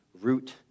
root